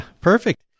perfect